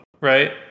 right